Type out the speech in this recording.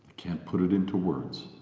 can't put it into words.